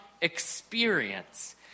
experience